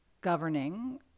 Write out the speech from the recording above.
governing